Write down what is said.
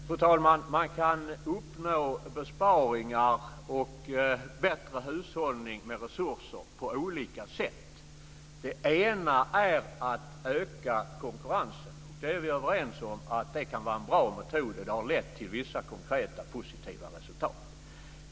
Fru talman! Man kan uppnå besparingar och bättre hushållning med resurser på olika sätt. Ett sätt är att öka konkurrensen. Vi är överens om att det kan vara en bra metod. Det har lett till vissa konkreta positiva resultat.